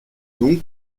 donc